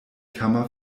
kammer